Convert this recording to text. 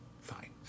Fine